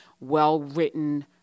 well-written